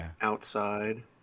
Outside